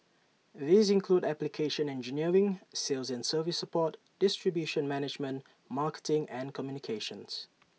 these include application engineering sales and service support distribution management marketing and communications